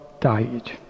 died